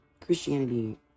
christianity